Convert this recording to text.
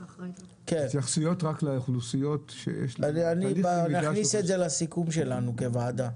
התייחסויות רק לאוכלוסיות --- אני אכניס את זה לסיכום שלנו כוועדה,